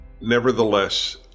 Nevertheless